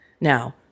Now